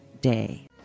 day